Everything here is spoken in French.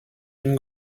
une